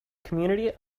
community